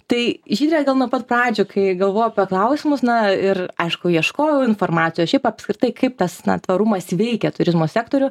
tai žydre gal nuo pat pradžių kai galvojau apie klausimus na ir aišku ieškojau informacijos šiaip apskritai kaip tas na tvarumas veikia turizmo sektorių